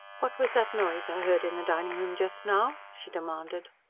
what was that noise i heard in the dining-room just now? she demanded.